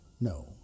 No